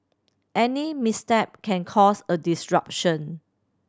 any misstep can cause a disruption